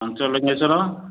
Pancha Lingeswar